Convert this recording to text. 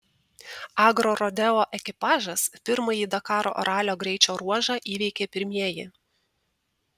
agrorodeo ekipažas pirmąjį dakaro ralio greičio ruožą įveikė pirmieji